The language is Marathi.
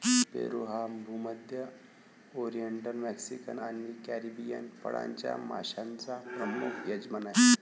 पेरू हा भूमध्य, ओरिएंटल, मेक्सिकन आणि कॅरिबियन फळांच्या माश्यांचा प्रमुख यजमान आहे